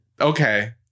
Okay